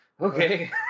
okay